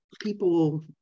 people